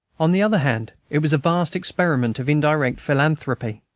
on the other hand, it was a vast experiment of indirect philanthropy,